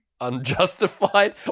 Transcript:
unjustified